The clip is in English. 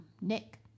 Nick